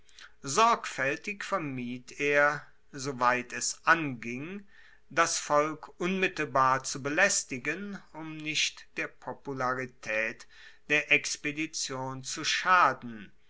sorgfaeltig vermied er soweit es anging das volk unmittelbar zu belaestigen um nicht der popularitaet der expedition zu schaden